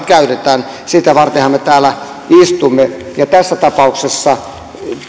käytetään sitä vartenhan me täällä istumme ja tässä tapauksessa